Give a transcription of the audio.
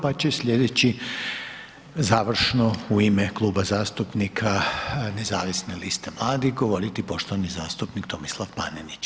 Pa će sljedeći završno u ime Kluba zastupnika Nezavisne liste mladih govoriti poštovani zastupnik Tomislav Panenić.